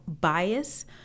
bias